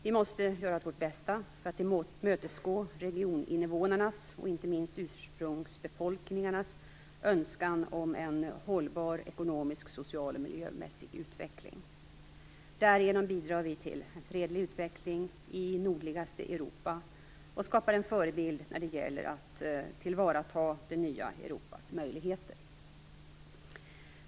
Vi måste göra vårt bästa för att tillmötesgå regioninvånarnas, och inte minst ursprungsbefolkningarnas, önskan om en hållbar ekonomisk, social och miljömässig utveckling. Därigenom bidrar vi till en fredlig utveckling i nordligaste Europa och skapar en förebild när det gäller att tillvarata det nya Europas möjligheter.